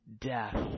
death